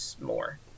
more